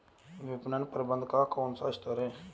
विपणन प्रबंधन का कौन सा स्तर है?